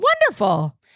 Wonderful